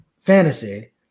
fantasy